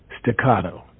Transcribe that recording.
staccato